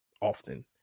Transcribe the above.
often